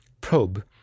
probe